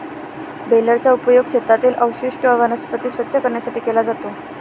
बेलरचा उपयोग शेतातील अवशिष्ट वनस्पती स्वच्छ करण्यासाठी केला जातो